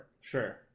Sure